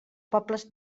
pobles